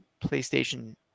playstation